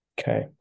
Okay